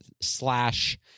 slash